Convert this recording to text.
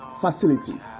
facilities